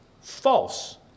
false